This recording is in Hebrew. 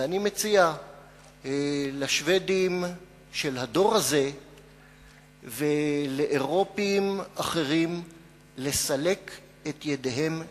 ואני מציע לשבדים של הדור הזה ולאירופים אחרים לסלק את ידיהם מירושלים,